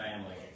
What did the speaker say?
family